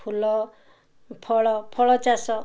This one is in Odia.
ଫୁଲ ଫଳ ଫଳ ଚାଷ